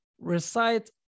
recite